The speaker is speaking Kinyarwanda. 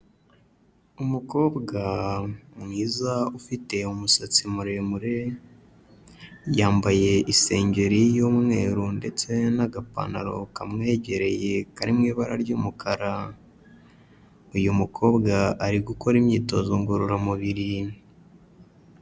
Umukobwa mwiza ufite umusatsi muremure, yambaye isengeri y'umweru ndetse n'agapantaro kamwegereye kari mu ibara ry'umukara, uyu mukobwa ari gukora imyitozo ngororamubiri.